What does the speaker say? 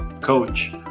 coach